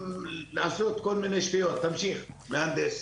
לא נעים לעשות כל מיני שטויות, תמשיך המהנדס.